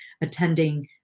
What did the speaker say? attending